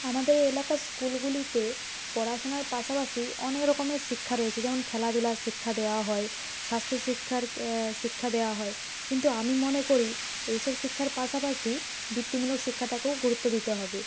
আমাদের এলাকার স্কুলগুলিতে পড়াশোনার পাশাপাশি অনেক রকমের শিক্ষা রয়েছে যেমন খেলাধুলার শিক্ষা দেওয়া হয় স্বাস্থ্য শিক্ষার শিক্ষা দেওয়া হয় কিন্তু আমি মনে করি এইসব শিক্ষার পাশাপাশি বৃত্তিমূলক শিক্ষাটাকেও গুরুত্ব দিতে হবে